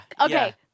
Okay